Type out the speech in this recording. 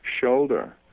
shoulder